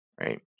right